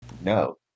No